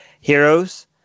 heroes